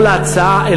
לא להצעה,